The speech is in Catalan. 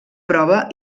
prova